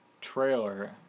trailer